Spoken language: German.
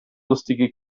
lustige